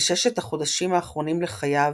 בששת החודשים האחרונים לחייו,